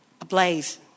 ablaze